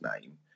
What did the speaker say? name